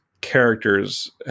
characters